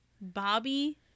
Bobby